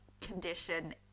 condition